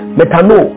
metano